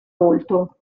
molto